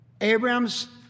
Abraham's